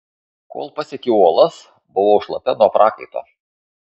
kol pasiekiau uolas buvau šlapia nuo prakaito